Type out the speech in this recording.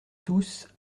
tousse